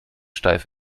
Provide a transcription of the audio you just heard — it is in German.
steif